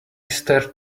stared